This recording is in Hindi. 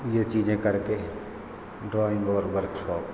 ये चीज़ें करके ड्रॉइंग और वर्कशॉप